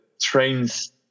trains